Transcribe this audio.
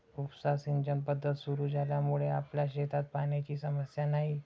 उपसा सिंचन पद्धत सुरु झाल्यामुळे आपल्या शेतात पाण्याची समस्या नाही